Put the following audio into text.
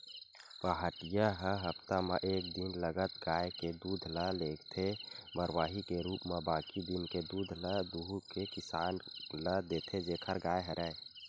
पहाटिया ह हप्ता म एक दिन लगत गाय के दूद ल लेगथे बरवाही के रुप म बाकी दिन के दूद ल दुहू के किसान ल देथे जेखर गाय हरय